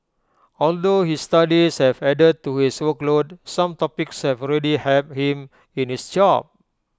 although his studies have added to his workload some topics have already helped him in his job